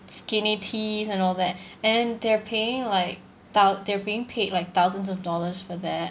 skinny teas and all that and they're paying like thou~ they're being paid like thousands of dollars for that